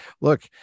look